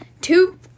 Two